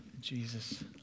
Jesus